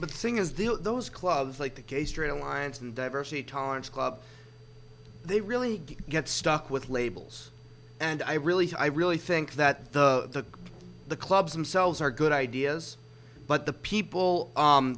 the thing is the those clubs like the gay straight alliance and diversity tolerance club they really get stuck with labels and i really i really think that the the clubs themselves are good ideas but the people